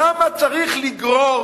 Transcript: למה צריך לגרור